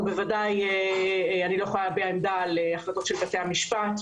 ואני בוודאי לא יכולה להביע עמדה על החלטות של בתי המשפט.